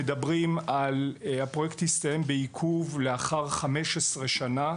הפרויקט הסתיים בעיכוב לאחר 15 שנה.